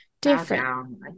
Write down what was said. different